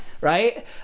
right